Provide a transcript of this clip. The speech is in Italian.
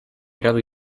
grado